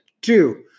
Two